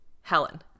Helen